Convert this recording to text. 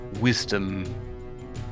wisdom